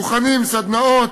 דוכנים, סדנאות,